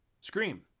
scream